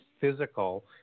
physical